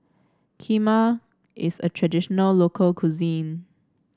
kheema is a traditional local cuisine